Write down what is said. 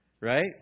Right